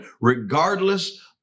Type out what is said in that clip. Regardless